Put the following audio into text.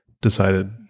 decided